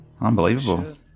Unbelievable